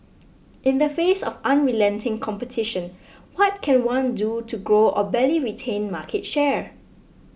in the face of unrelenting competition what can one do to grow or barely retain market share